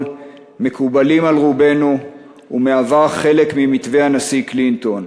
מקובלת על רובנו ומהווה חלק ממתווה הנשיא קלינטון.